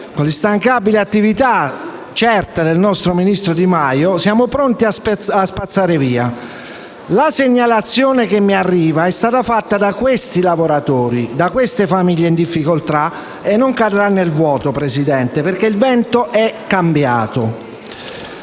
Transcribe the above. e instancabile attività del nostro ministro Di Maio, siamo pronti a spazzare via. La segnalazione che mi arriva è stata fatta da quei lavoratori e da quelle famiglie in difficoltà e non cadrà nel vuoto, Presidente, perché il vento è cambiato.